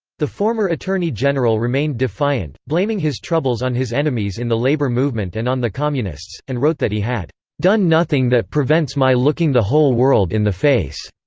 the former attorney general remained defiant, blaming his troubles on his enemies in the labor movement and on the communists, and wrote that he had done nothing that prevents my looking the whole world in the face.